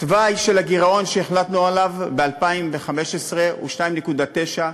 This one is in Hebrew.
התוואי של הגירעון שהחלטנו עליו ב-2015 הוא 2.9%,